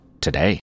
today